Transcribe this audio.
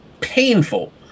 painful